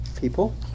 people